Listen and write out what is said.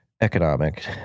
economic